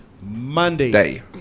Monday